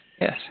Yes